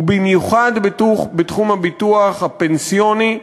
ובמיוחד בתחום הביטוח הפנסיוני,